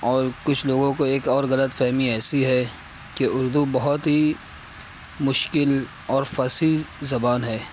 اور کچھ لوگوں کو ایک اور غلط فہمی ایسی ہے کہ اردو بہت ہی مشکل اور فصیح زبان ہے